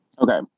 Okay